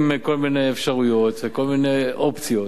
כל מיני אפשרויות וכל מיני אופציות